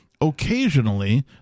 occasionally